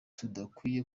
tudakwiye